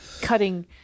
cutting